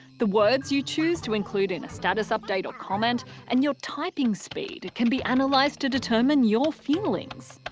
the words you chose to include in a status update or comment and your typing speed can be analysed and like to determine your feelings.